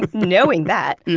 but knowing that, yeah